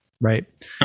Right